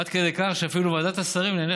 עד כדי כך שאפילו ועדת השרים לענייני